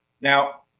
Now